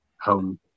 home